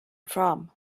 from